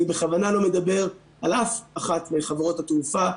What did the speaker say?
אני בכוונה לא מדבר על אף אחת מחברות התעופה.